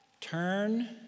Turn